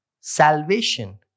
salvation